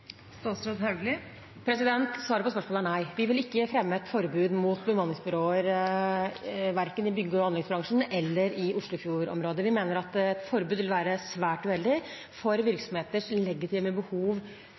Svaret på spørsmålet er nei. Vi vil ikke fremme et forbud mot bemanningsbyråer, verken i bygg- og anleggsbransjen eller i Oslofjord-området. Vi mener at et forbud vil være svært uheldig for